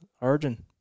Origin